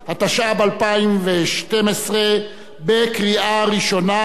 התשע"ב 2012, בקריאה ראשונה.